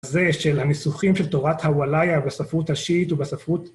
‫זה של הניסוחים של תורת הוואליה ‫בספרות השיעית ובספרות...